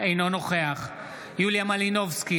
אינו נוכח יוליה מלינובסקי,